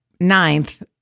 ninth